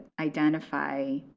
identify